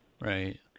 Right